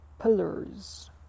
pillars